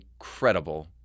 incredible